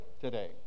today